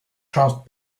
trout